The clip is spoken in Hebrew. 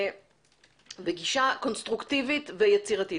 בגישה קונסטרוקטיבית ויצירתית.